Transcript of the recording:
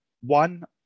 one